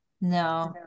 No